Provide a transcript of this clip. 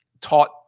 taught